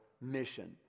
mission